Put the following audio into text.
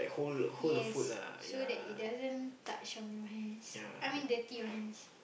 yes so that it doesn't touch on your hands I mean dirty your hands